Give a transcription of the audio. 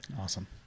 awesome